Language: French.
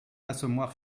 l’assommoir